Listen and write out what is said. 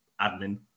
admin